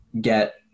get